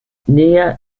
nea